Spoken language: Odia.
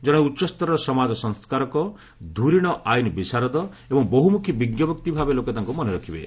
ଜଣେ ଉଚ୍ଚସ୍ତରର ସମାଜ ସଂସ୍କାରକ ଧ୍ରିରଣ ଆଇନ୍ ବିଶାରଦ ଏବଂ ବହୁମୁଖୀ ବିଜ୍ଞ ବ୍ୟକ୍ତି ଭାବେ ଲୋକେ ତାଙ୍କୁ ମନେରଖିବେ